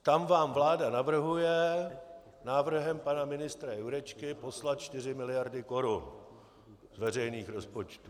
Tam vám vláda navrhuje návrhem pana ministra Jurečky poslat 4 mld. korun z veřejných rozpočtů.